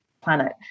planet